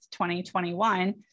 2021